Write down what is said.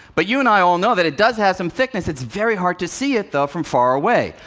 but you and i all know that it does have some thickness. it's very hard to see it, though, from far away.